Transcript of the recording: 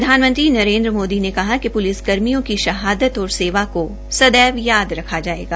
प्रधानमंत्री नरेन्द्र मोदी ने कहा कि पुलिस कर्मियों की शहादत और सेवा को सदैव याद रखा जायेगा